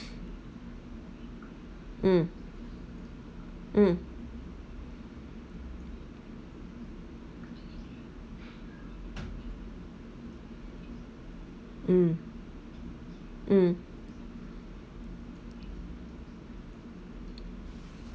mm mm mm mm